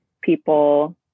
people